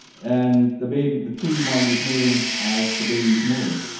and the baby, the three d model is moving as the baby is moving.